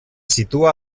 situa